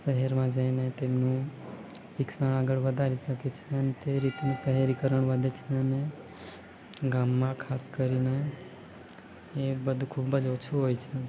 શહેરમાં જઈને તેમનું શિક્ષણ આગળ વધારી શકે છે અને તે રીતનું શહેરીકરણ વધે છે અને ગામમાં ખાસ કરીને એ બધું ખૂબ જ ઓછું હોય છે